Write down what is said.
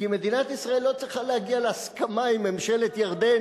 כי מדינת ישראל לא צריכה להגיע להסכמה עם ממשלת ירדן,